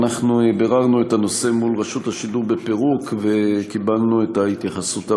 ביררנו את הנושא מול רשות השידור שבפירוק וקיבלנו את ההתייחסות הבאה: